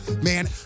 Man